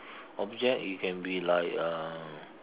object it can be like uh